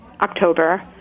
October